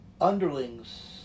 underlings